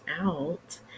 out